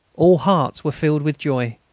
all hearts were filled with joy.